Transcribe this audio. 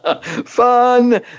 fun